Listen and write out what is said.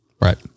Right